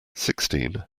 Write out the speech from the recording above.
sixteen